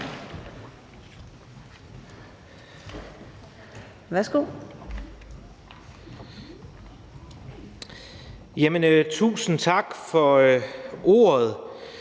sige tak for ordet.